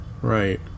Right